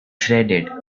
shredded